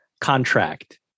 contract